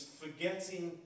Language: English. forgetting